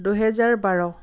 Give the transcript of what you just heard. দুহেজাৰ বাৰ